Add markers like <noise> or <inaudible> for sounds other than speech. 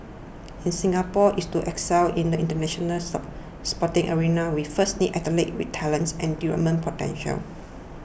if Singapore is to excel in the international <unintelligible> sporting arena we first need athletes with talent and development potential